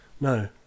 no